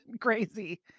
crazy